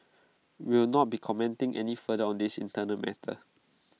we will not be commenting any further on this internal matter